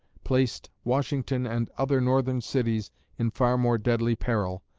placed washington and other northern cities in far more deadly peril,